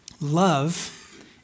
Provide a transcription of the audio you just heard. Love